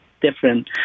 different